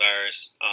virus